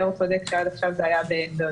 היושב-ראש צודק שעד עכשיו זה היה בהודעה,